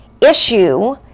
issue